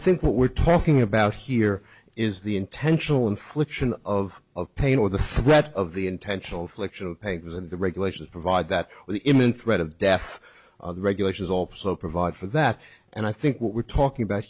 think what we're talking about here is the intentional infliction of pain or the threat of the intentional flexion of papers and the regulations provide that the imminent threat of death regulations also provide for that and i think what we're talking about